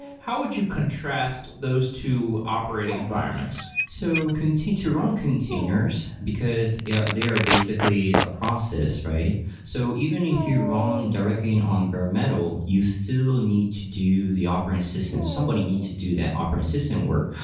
how would you contrast those two operating environments? so continue to run containers, because yeah they are basically a process right so even if you run directly on bare metal, you so still need to do the operating assistance. somebody needs to do that operating system work.